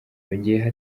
yongeyeho